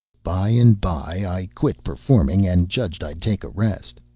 by and by i quit performing, and judged i'd take a rest.